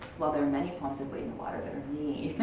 while there are many poems in wade in the water that are me,